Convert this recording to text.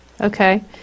Okay